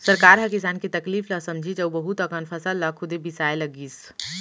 सरकार ह किसान के तकलीफ ल समझिस अउ बहुत अकन फसल ल खुदे बिसाए लगिस